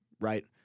right